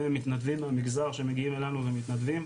מתנדבים מהמגזר שמגיעים אלינו ומתנדבים,